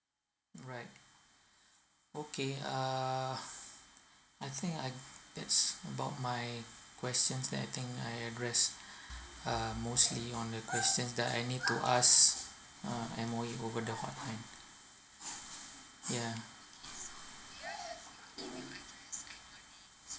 right okay uh I think I that's about my questions that I think I address uh mostly on the questions that I need to ask uh M_O_E over the hotline